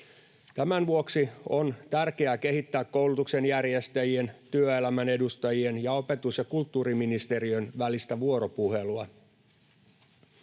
Tämän vuoksi on tärkeää kehittää koulutuksen järjestäjien, työelämän edustajien ja opetus- ja kulttuuriministeriön välistä vuoropuhelua.